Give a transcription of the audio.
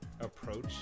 approach